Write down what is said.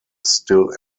still